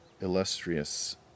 illustrious